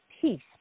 peace